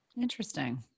Interesting